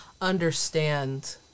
understand